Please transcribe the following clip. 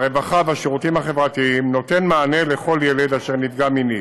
הרווחה והשירותים החברתיים נותן מענה לכל ילד אשר נפגע מינית.